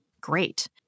great